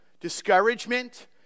discouragement